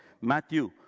Matthew